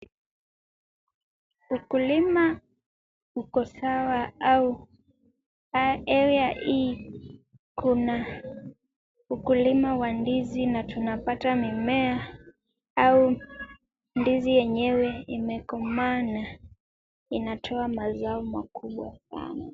Ukulima uko sawa au area hii kuna ukulima wa ndizi na tunapata mimea au ndizi yenyewe imekomaa na inatoa mazao makubwa sana.